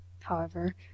However